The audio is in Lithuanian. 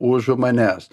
už manęs